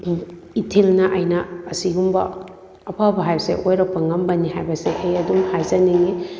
ꯏꯊꯤꯜꯅ ꯑꯩꯅ ꯑꯁꯤꯒꯨꯝꯕ ꯑꯐꯕ ꯍꯥꯏꯕꯁꯤ ꯑꯣꯔꯛꯄ ꯉꯝꯕꯅꯤ ꯍꯥꯏꯕꯁꯤ ꯑꯩ ꯑꯗꯨꯝ ꯍꯥꯏꯖꯅꯤꯡꯉꯤ